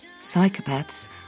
Psychopaths